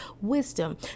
wisdom